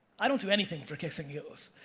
i don't do anything for kicks and giggles.